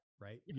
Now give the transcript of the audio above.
right